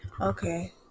Okay